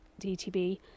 dtb